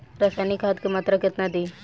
रसायनिक खाद के मात्रा केतना दी?